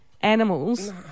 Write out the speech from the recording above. animals